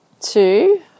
Two